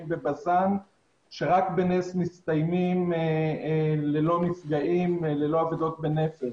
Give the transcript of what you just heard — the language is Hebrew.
בבז"ן ורק בנס מסתיימים ללא נפגעים וללא אבדות בנפש.